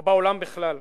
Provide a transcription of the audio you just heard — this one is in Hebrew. או בעולם בכלל?